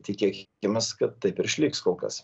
tikėkimės kad taip ir išliks kol kas